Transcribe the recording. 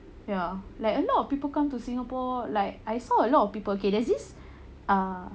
ya like a lot of people come to singapore like I saw a lot of people okay there's this ah